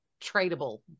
tradable